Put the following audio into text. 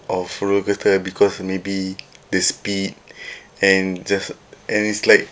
of roller coaster because maybe the speed and just and it's like